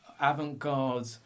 avant-garde